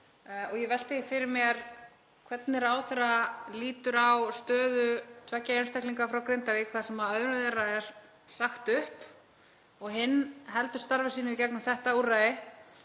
Ég velti fyrir mér hvernig ráðherra lítur á stöðu tveggja einstaklinga frá Grindavík þar sem öðrum er sagt upp og hinn heldur starfi sínu í gegnum þetta úrræði,